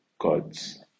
God's